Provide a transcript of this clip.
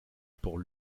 pour